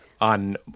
on